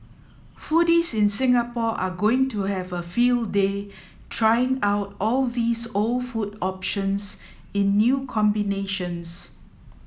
foodies in Singapore are going to have a field day trying out all these old food options in new combinations